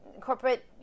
corporate